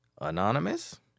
Anonymous